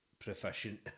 proficient